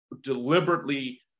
deliberately